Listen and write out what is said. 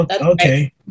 Okay